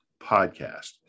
podcast